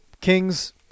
Kings –